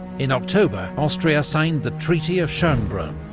in october, austria signed the treaty of schonbrunn,